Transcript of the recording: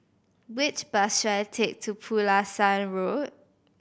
which bus should I take to Pulasan Road